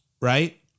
Right